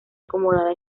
acomodada